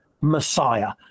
Messiah